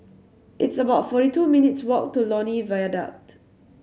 it's about forty two minutes' walk to Lornie Viaduct